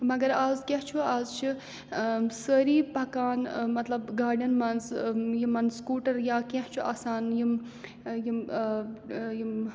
مگر آز کیٛاہ چھُ آز چھِ سٲری پَکان مطلب گاڑٮ۪ن منٛز یِمَن سکوٗٹَر یا کیٚنٛہہ چھُ آسان یِم یِم یِم